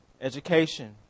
Education